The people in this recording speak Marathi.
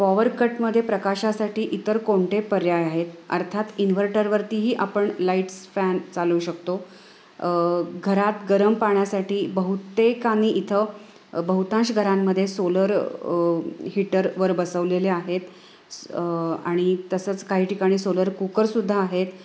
पॉवर कटमध्ये प्रकाशासाठी इतर कोणते पर्याय आहेत अर्थात इन्व्हर्टरवरतीही आपण लाईट्स फॅन चालवू शकतो घरात गरम पाण्यासाठी बहुतेकांनी इथं बहुतांश घरांमदे सोलर हीटरवर बसवलेल्या आहेत अ आणि तसंच काही ठिकाणी सोलर कुकरसुद्धा आहेत